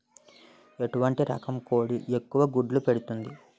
ఎటువంటి రకం కోడి ఎక్కువ గుడ్లు పెడుతోంది?